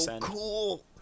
cool